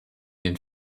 den